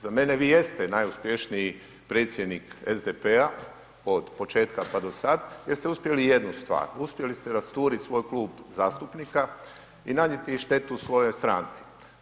Za mene vi jeste najuspješniji predsjednik SDP-a od početka pa do sad, jer ste uspjeli jednu stvar, uspjeli ste rasturit svoj klub zastupnika i nanijeti štetu svojoj stranci.